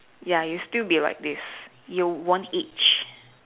ya you still be like this you won't age